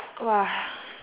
!wah!